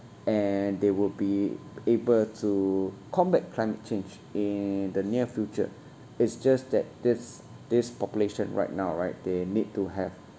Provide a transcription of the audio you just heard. and they will be able to combat climate change in the near future it's just that this this population right now right they need to have